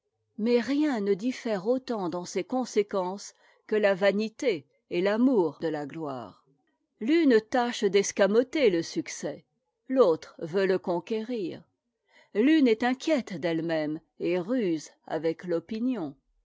mais rien ne diffère autant dans ses conséquences que la vanité et l'amour de la gloire l'une tâche d'escamoter le succès l'autre veut le conquérir l'une est inquiète d'elle même et ruse avec l'opinion